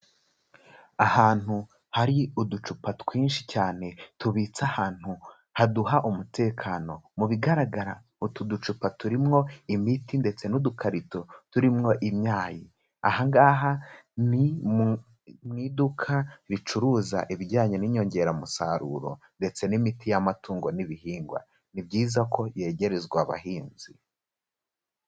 Ahantu hari uducupa twinshi cyane tubitse ahantu haduha umutekano. Mu bigaragara utu ducupa turimo imiti ndetse n'udukarito turimo imyayi. Aha ngaha ni mu iduka ricuruza ibijyanye n'inyongeramusaruro ndetse n'imiti y'amatungo n'ibihingwa. Ni byiza ko yegerezwa abahinzi.